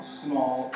small